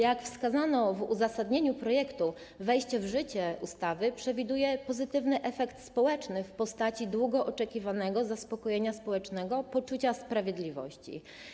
Jak wskazano w uzasadnieniu projektu, wejście w życie ustawy przewiduje pozytywny efekt społeczny w postaci długo oczekiwanego zaspokojenia społecznego poczucia sprawiedliwości.